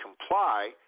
comply